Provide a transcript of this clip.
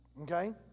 Okay